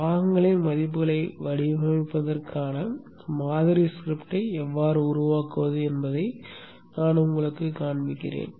பாகங்களின் மதிப்புகளை வடிவமைப்பதற்கான மாதிரி ஸ்கிரிப்டை எவ்வாறு உருவாக்குவது என்பதை நான் உங்களுக்குக் காண்பிப்பேன்